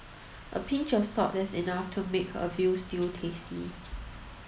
a pinch of salt is enough to make a veal stew tasty